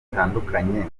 zitandukanye